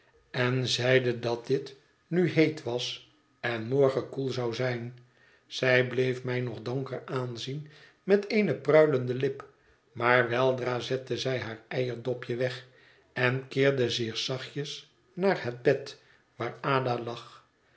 en zeide dat dit nu heet was en morgen koel zou zijn zij bleef mij nog donker aanzien met eene pruilende lip maar weldra zette zij haar eierdopje weg en keerde zich zachtjes naar het bed waar ada lag